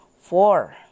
four